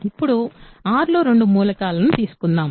ఇప్పుడు R లో రెండు మూలకాలను తీసుకుందాం